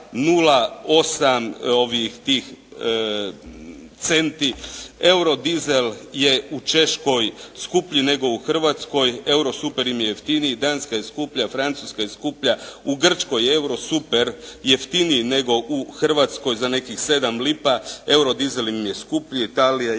Eurodizel je u Češkoj skuplji nego u Hrvatskoj. Eurosuper im je jeftiniji. Danska je skuplja, Francuska je skuplja. U Grčkoj je eurosuper jeftiniji nego u Hrvatskoj za nekih 7 lipa, eurodizel im je skuplji. Italija je